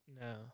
No